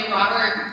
Robert